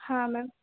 हाँ मैम